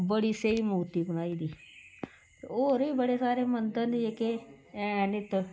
बड़ी स्हेई मूर्ती बनाई दी होर बी बड़े सारे मंदर न जेह्के हैन इत्त